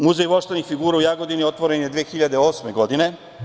Muzej voštanih figura u Jagodini otvoren je 2008. godine.